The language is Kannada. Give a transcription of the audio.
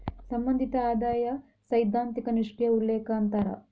ಸಂಬಂಧಿತ ಆದಾಯ ಸೈದ್ಧಾಂತಿಕ ನಿಷ್ಕ್ರಿಯ ಉಲ್ಲೇಖ ಅಂತಾರ